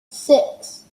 six